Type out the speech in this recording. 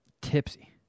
tipsy